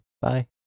Bye